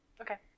Okay